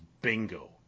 bingo